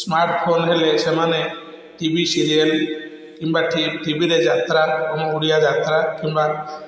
smartphone ହେଲେ ସେମାନେ TV serial କିମ୍ବା ଟିଭିରେ ଯାତ୍ରା ଆମ ଓଡ଼ିଆ ଯାତ୍ରା କିମ୍ବା